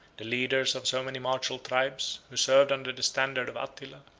the leaders of so many martial tribes, who served under the standard of attila,